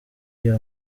iyo